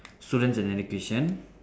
students and education